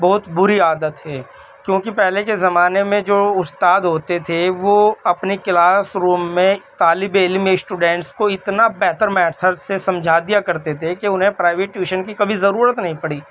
بہت بری عادت ہے کیوںکہ پہلے کے زمانے میں جو استاد ہوتے تھے وہ اپنے کلاسروم میں طالب علم اسٹوڈینٹس کو اتنا بہتر میتھڈس سے سمجھا دیا کرتے تھے کہ انہیں پرائیویٹ ٹیوشن کی کبھی ضرورت نہیں پڑی